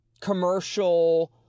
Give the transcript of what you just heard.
commercial